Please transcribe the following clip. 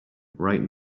right